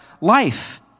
life